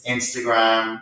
Instagram